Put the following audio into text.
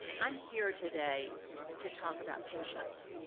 i'm here today to talk about patients.